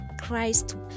Christ